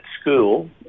school